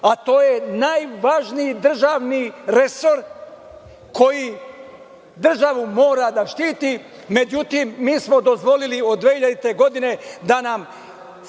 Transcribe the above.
a to je najvažniji državni resor koji državu mora da štiti. Međutim, mi smo dozvolili od 2000. godine, da nam